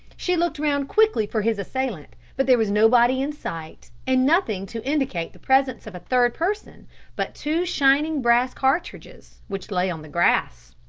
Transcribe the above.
she looked round quickly for his assailant, but there was nobody in sight, and nothing to indicate the presence of a third person but two shining brass cartridges which lay on the grass.